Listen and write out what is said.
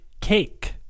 cake